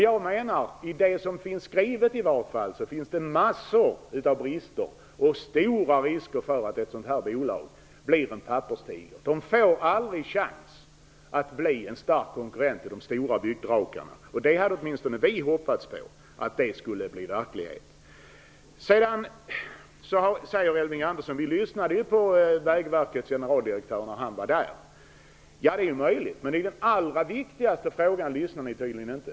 Jag menar att det, i vart fall i det som finns skrivet, finns massor av brister och stora risker för att ett sådant här bolag blir en papperstiger. Det får aldrig chansen att bli en stark konkurrent till de stora byggdrakarna, vilket åtminstone vi hade hoppats skulle bli verklighet. Elving Andersson sade: Vi lyssnade på Vägverkets generaldirektör när han var i utskottet. Ja, det är möjligt. Men i den allra viktigaste frågan lyssnade ni tydligen inte.